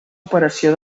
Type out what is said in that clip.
operació